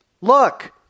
Look